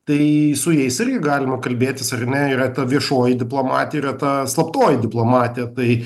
tai su jais irgi galima kalbėtis ar ne yra ta viešoji diplomatija yra ta slaptoji diplomatija tai